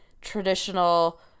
traditional